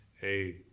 hey